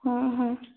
ହଁ ହଁ